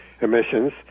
emissions